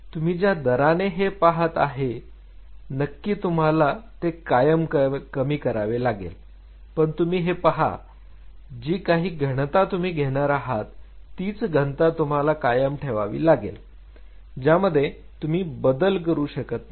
तुम्ही ज्या दराने हे पाहत आहे नक्की तुम्हाला ते कायम कमी करावे लागेल पण तुम्ही हे पहा जी काही घनता तुम्ही घेणार आहात तीच घनता तुम्हाला कायम ठेवावी लागेल त्यामध्ये तुम्ही बदल करू शकत नाही